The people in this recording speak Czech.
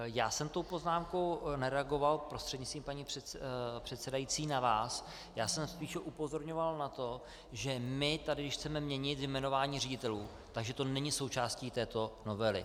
Já jsem tou poznámkou nereagoval, prostřednictvím paní předsedající, na vás, já jsem spíše upozorňoval na to, že my tady, když chceme měnit jmenování ředitelů, tak že to není součástí této novely.